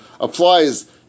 applies